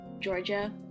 georgia